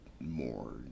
more